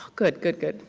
good good good.